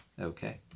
Okay